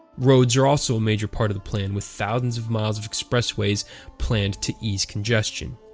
roads are also a major part of the plan with thousands of miles of expressways planned to ease congestion.